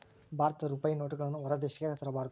ಭಾರತದ ರೂಪಾಯಿ ನೋಟುಗಳನ್ನು ಹೊರ ದೇಶಕ್ಕೆ ತರಬಾರದು